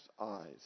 eyes